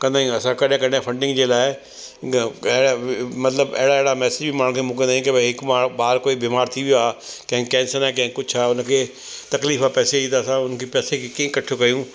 कंदा आहियूं असां कॾहिं कॾहिं फंडिंग जे लाइ मतिलबु अहिड़ा अहिड़ा मैसिज माण्हुनि खे मोकिलींदा आहियूं कि भई हिकु ॿारु बीमार थी वियो आहे कंहिंखे केंसर आहे कंहिंखे कुझु आहे हुन खे तकलीफ़ आहे पैसे जी त असां हुननि खे पैसे खे कीअं कठो कयूं